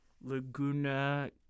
Laguna